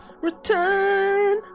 Return